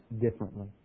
differently